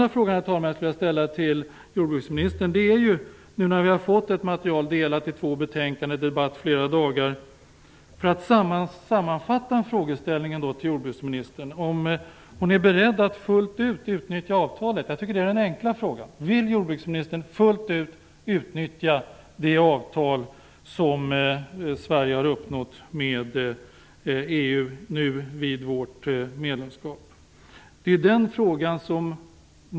Jag skulle vilja ställa en annan fråga till jordbruksministern. Nu har vi fått ett material delat i två betänkanden och debatt i flera dagar. Låt mig sammanfatta frågeställningen till jordbruksministern. Är jordbruksministern beredd att fullt ut utnyttja avtalet? Det är den enkla frågan. Vill jordbruksministern fullt ut utnyttja det avtal som Sverige har uppnått med EU nu vid förhandlingarna om vårt medlemskap?